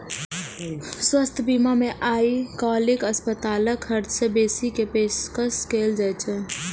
स्वास्थ्य बीमा मे आइकाल्हि अस्पतालक खर्च सं बेसी के पेशकश कैल जाइ छै